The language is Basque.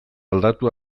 aldatu